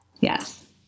Yes